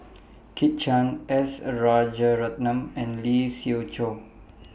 Kit Chan S Rajaratnam and Lee Siew Choh